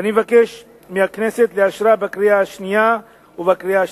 ואני מבקש מהכנסת לאשרה בקריאה שנייה ובקריאה שלישית.